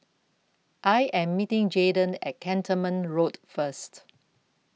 I Am meeting Jaden At Cantonment Road First